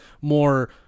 more